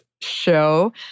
show